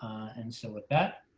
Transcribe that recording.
and so with that,